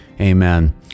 amen